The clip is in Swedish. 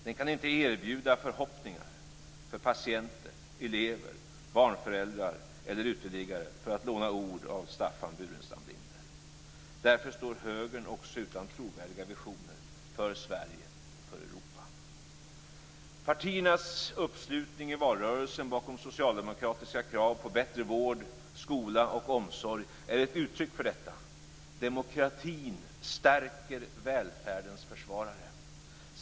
Den kan inte erbjuda förhoppningar för patienter, elever, föräldrar eller uteliggare, för att låna ord av Staffan Burenstam Linder. Därför står högern också utan trovärdiga visioner för Sverige och för Europa. Partiernas uppslutning i valrörelsen bakom socialdemokratiska krav på bättre vård, skola och omsorg är ett uttryck för detta. Demokratin stärker välfärdens försvarare.